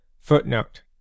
Footnote